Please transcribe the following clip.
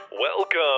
Welcome